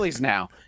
now